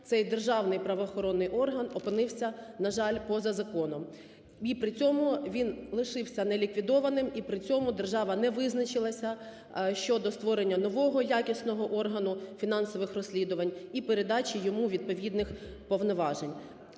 цей державний правоохоронний орган опинився, на жаль, поза законом і при цьому він лишився не ліквідованим, і при цьому держава не визначилася щодо створення нового якісного органу фінансових розслідувань і передачі йому відповідних повноважень.